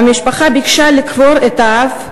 והמשפחה ביקשה לקבור את האב,